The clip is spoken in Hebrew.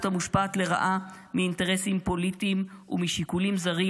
המושפעת לרעה מאינטרסים פוליטיים ומשיקולים זרים.